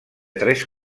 tres